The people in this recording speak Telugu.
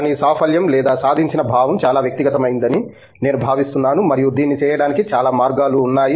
కానీ సాఫల్యం లేదా సాధించిన భావం చాలా వ్యక్తిగతమైనదని నేను భావిస్తున్నాను మరియు దీన్ని చేయటానికి చాలా మార్గాలు ఉన్నాయి